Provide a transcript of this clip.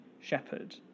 shepherd